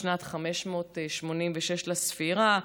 בשנת 586 לפני הספירה,